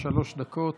שלוש דקות,